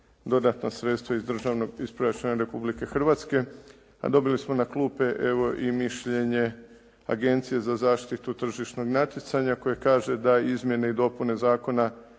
dodatna sredstva iz proračuna Republike Hrvatske, a dobili smo na klupe, evo i mišljenje Agencije za zaštitu tržišnog natjecanja koje kaže da izmjene i dopune Zakona